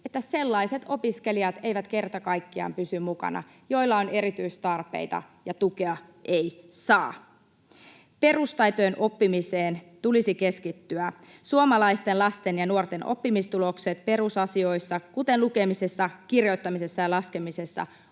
että sellaiset opiskelijat eivät kerta kaikkiaan pysy mukana, joilla on erityistarpeita, ja tukea ei saa. Perustaitojen oppimiseen tulisi keskittyä. Suomalaisten lasten ja nuorten oppimistulokset perusasioissa, kuten lukemisessa, kirjoittamisessa ja laskemisessa,